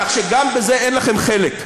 כך שגם בזה אין לכם חלק.